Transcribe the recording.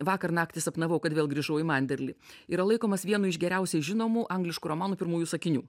vakar naktį sapnavau kad vėl grįžau į manderlį yra laikomas vienu iš geriausiai žinomų angliškų romanų pirmųjų sakinių